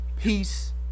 peace